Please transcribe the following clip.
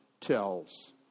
tells